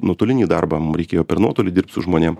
nuotolinį darbą mum reikėjo per nuotolį dirbt su žmonėm